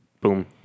boom